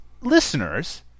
listeners